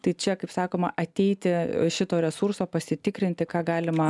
tai čia kaip sakoma ateiti šito resurso pasitikrinti ką galima